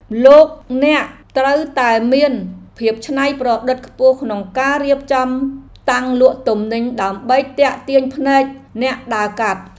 លោកអ្នកត្រូវតែមានភាពច្នៃប្រឌិតខ្ពស់ក្នុងការរៀបចំតាំងលក់ទំនិញដើម្បីទាក់ទាញភ្នែកអ្នកដើរកាត់។